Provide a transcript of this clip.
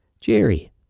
Jerry